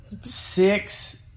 Six